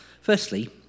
Firstly